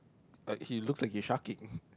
but he looks like he's sharking